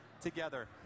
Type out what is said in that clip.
together